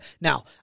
Now